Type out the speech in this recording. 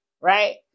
right